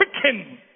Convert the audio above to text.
quicken